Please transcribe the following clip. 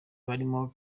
barimo